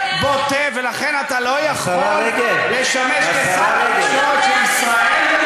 ולכן אתה לא יכול לשמש כשר התקשורת של ישראל,